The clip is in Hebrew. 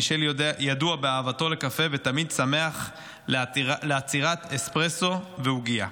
מישל ידוע באהבתו לקפה ותמיד שמח לעצירת אספרסו ועוגייה.